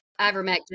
ivermectin